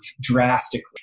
drastically